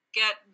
get